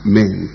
men